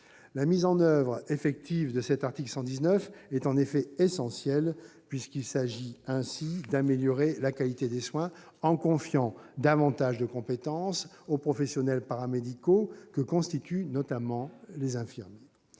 La mise en oeuvre effective de l'article 119 est en effet essentielle puisqu'il s'agit aussi d'améliorer la qualité des soins en confiant davantage de compétences aux professionnels paramédicaux que sont notamment les infirmiers.